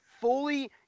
fully